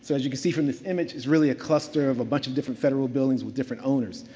so as you can see from this image, it's really a cluster of a bunch of different federal buildings with different owners.